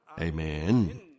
Amen